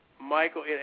Michael